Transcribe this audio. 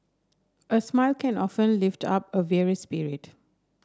a smile can often lift up a weary spirit